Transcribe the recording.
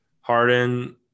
Harden